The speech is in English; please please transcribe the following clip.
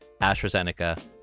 AstraZeneca